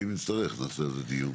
ואם נצטרך נעשה על זה דיון.